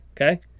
Okay